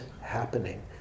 happening